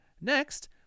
Next